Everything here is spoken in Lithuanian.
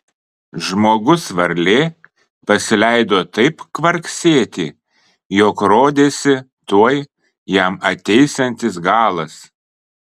žmogus varlė pasileido taip kvarksėti jog rodėsi tuoj jam ateisiantis galas